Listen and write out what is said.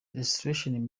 restoration